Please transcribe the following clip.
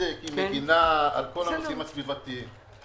ובצדק היא מגינה על העניינים הסביבתיים,